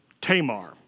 Tamar